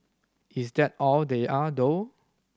is that all they are though